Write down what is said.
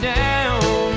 down